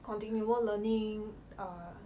continual learning err